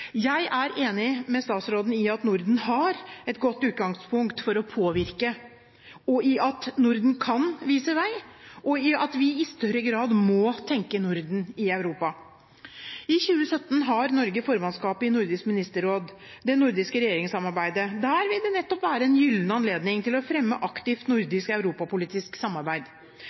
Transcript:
Jeg er enig med statsråden i at Norden har et godt utgangspunkt for å påvirke, at Norden kan vise vei, og at vi i større grad må tenke Norden i Europa. I 2017 har Norge formannskapet i Nordisk ministerråd, det nordiske regjeringssamarbeidet. Der vil det nettopp være en gyllen anledning til å fremme aktivt nordisk europapolitisk samarbeid.